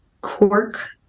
Cork